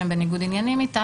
שהם בניגוד עניינים איתה,